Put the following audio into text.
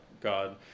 God